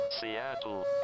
Seattle